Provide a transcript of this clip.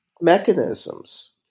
mechanisms